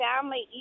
family